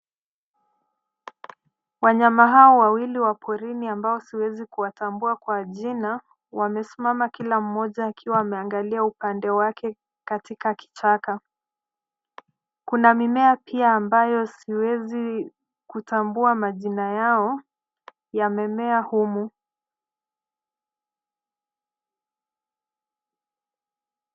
Wanyama hawa wawili wa porini ambao siwezi kuwatambua kwa jina, wamesimama kila mmoja akiwa ameangalia upande wake katika kichaka. Kuna mimea pia ambayo siwezi kutambua majina yao yamemea humu.